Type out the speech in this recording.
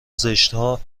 زشتها